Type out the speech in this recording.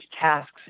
tasks